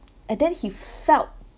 and then he felt